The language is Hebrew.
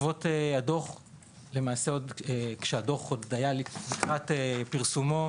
למעשה, כשהדו"ח עוד היה לקראת פרסומו,